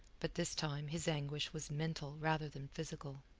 but this time his anguish was mental rather than physical.